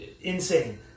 Insane